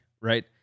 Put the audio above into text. right